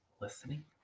listening